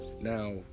Now